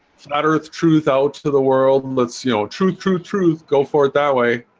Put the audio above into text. it's not earth truth out to the world. let's you know truth truth truth go for it that way